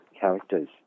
characters